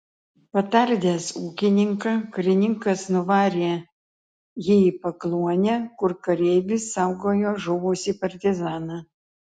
patardęs ūkininką karininkas nuvarė jį į pakluonę kur kareivis saugojo žuvusį partizaną